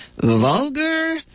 vulgar